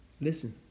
Listen